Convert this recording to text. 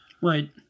right